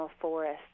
forests